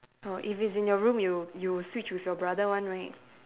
oh if it's in your room you you will switch with your brother one right